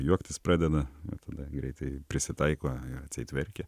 juoktis pradeda va tada greitai prisitaiko atseit verkia